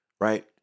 right